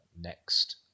next